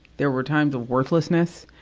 there were times of worthlessness.